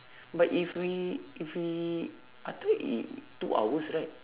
but if we if we I thought it's two hours right